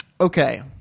Okay